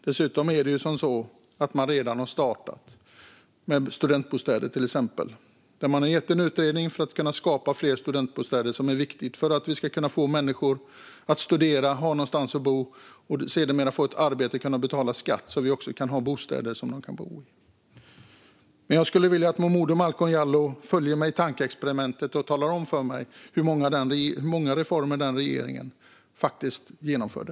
Dessutom har man redan startat med till exempel studentbostäder. Man har tillsatt en utredning för att kunna skapa fler studentbostäder, vilket är viktigt för att vi ska kunna få människor att studera och sedermera arbeta och betala skatt. Då måste det finnas bostäder som de kan bo i. Jag skulle vilja att Malcolm Momodou Jallow följer mitt tankeexperiment och talar om för mig hur många reformer den tidigare regeringen faktiskt genomförde.